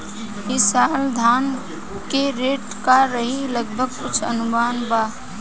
ई साल धान के रेट का रही लगभग कुछ अनुमान बा?